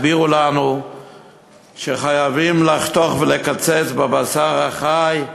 הסבירו לנו שחייבים לחתוך ולקצץ בבשר החי,